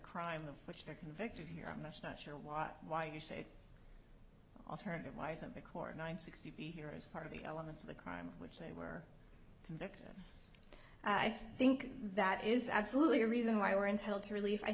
crime of which they're convicted here i'm just not sure why why you say alternative why some pick or nine sixty be here as part of the elements of the crime which they were convicted of i think that is absolutely a reason why we're entitled to relief i